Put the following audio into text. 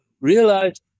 realize